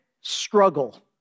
struggle